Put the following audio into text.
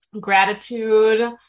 gratitude